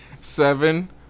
Seven